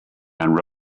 and